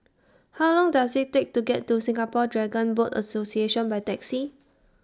How Long Does IT Take to get to Singapore Dragon Boat Association By Taxi